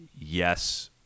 Yes